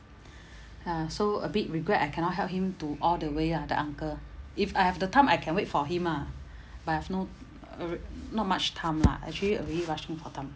ha so a bit regret I cannot help him to all the way ah the uncle if I have the time I can wait for him ah but I have no uh not much time lah actually already rushing for time